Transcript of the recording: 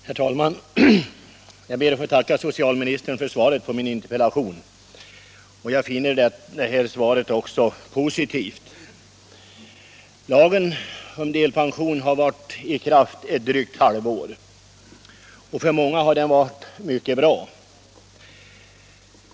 Herr talman! Jag ber att få tacka socialministern för svaret på min interpellation. Jag finner svaret positivt. Lagen om delpension har varit i kraft ett drygt halvår. Och för många har den varit bra.